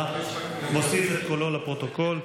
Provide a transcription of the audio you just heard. מוסיף את קולו לפרוטוקול.